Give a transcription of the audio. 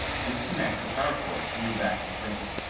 disconnect the power cord from the back of the printer.